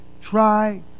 Try